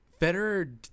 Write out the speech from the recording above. Federer